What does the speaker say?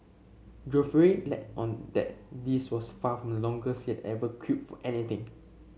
Geoffrey let on that this was far from the longest he had ever queued for anything